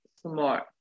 smart